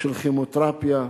של כימותרפיה,